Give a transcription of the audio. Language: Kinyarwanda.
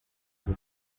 buri